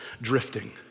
drifting